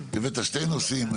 הבאת שני נושאים,